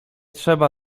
trzeba